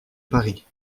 paris